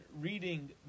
reading